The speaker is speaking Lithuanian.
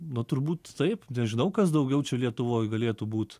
nu turbūt taip nežinau kas daugiau čia lietuvoj galėtų būt